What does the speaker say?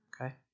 Okay